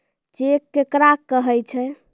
Cheque केकरा कहै छै?